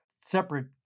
separate